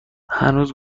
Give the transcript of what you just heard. هنوز